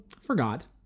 forgot